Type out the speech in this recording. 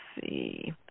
see